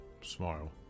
Smile